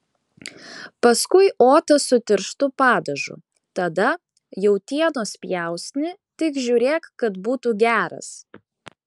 paskui otą su tirštu padažu tada jautienos pjausnį tik žiūrėk kad būtų geras